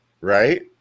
right